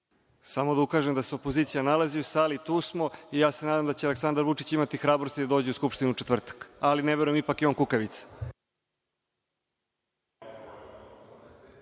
Samo da ukažem da se opozicija nalazi u sali, tu smo i ja se nadam da će Aleksandar Vučić imati hrabrosti da dođe u Skupštinu u četvrtak. Ali, ne verujem, ipak je on kukavica.